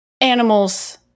animals